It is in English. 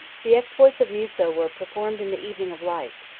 the exploits of musa were performed in the evening of life,